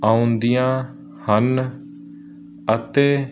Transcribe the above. ਆਉਂਦੀਆਂ ਹਨ ਅਤੇ